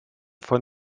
von